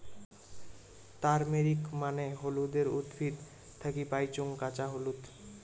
turmeric মানে হলুদের উদ্ভিদ থাকি পাইচুঙ কাঁচা হলুদ